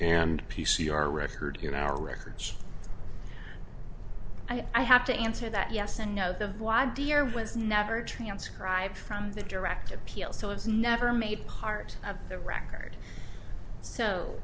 and p c r record in our records i have to answer that yes and no the why dear was never transcribed from the direct appeal so it was never made part of the record so